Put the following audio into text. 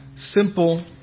Simple